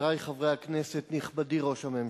חברי חברי הכנסת, נכבדי ראש הממשלה,